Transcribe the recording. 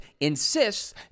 insists